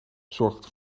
zorgt